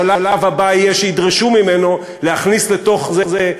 השלב הבא יהיה שידרשו ממנו להכניס לתוך זה,